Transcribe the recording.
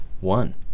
one